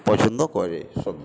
পছন্দ করে সবজন